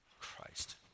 Christ